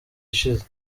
ishize